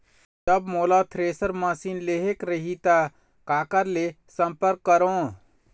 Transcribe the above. जब मोला thresher machine लेहेक रही ता काकर ले संपर्क करों?